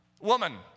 Woman